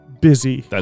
busy